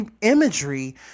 imagery